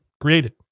created